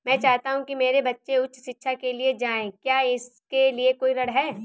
मैं चाहता हूँ कि मेरे बच्चे उच्च शिक्षा के लिए जाएं क्या इसके लिए कोई ऋण है?